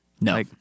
No